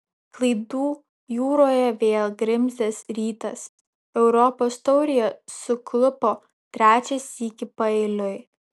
klaidų jūroje vėl grimzdęs rytas europos taurėje suklupo trečią sykį paeiliui